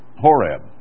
Horeb